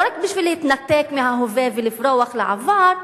לא רק בשביל להתנתק מההווה ולברוח לעבר,